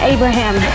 Abraham